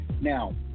Now